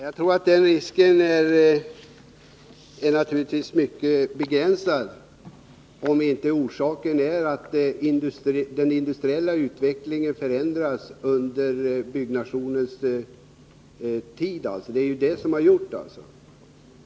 Herr talman! Den risken är naturligtvis mycket begränsad, om inte orsaken är att den industriella utvecklingen förändras under byggnationens gång. Det är det som har skett.